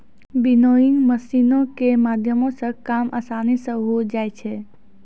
winnowing मशीनो के माध्यमो से काम असानी से होय जाय छै